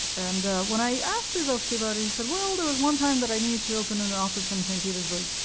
and when i asked berezovsky about it, he said, well, there was one time that i needed to open an office in st. petersburg,